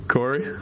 Corey